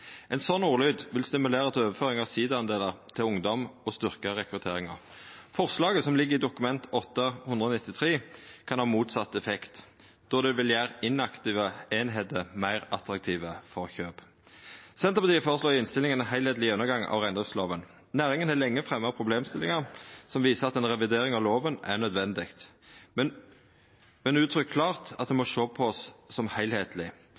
Ein sånn ordlyd vil stimulera til overføring av sida-delar til ungdom og styrkja rekrutteringa. Forslaget som ligg i Dokument 8:193 L for 2017–2018, kan ha motsett effekt, då det vil gjera inaktive einingar meir attraktive for kjøp. Senterpartiet føreslår i innstillinga ein heilskapleg gjennomgang av reindriftsloven. Næringa har lenge fremja problemstillingar som viser at ei revidering av loven er nødvendig, men har uttrykt klart at det må sjåast på som